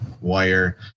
wire